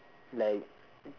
like